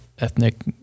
ethnic